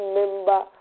member